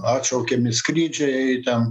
atšaukiami skrydžiai ten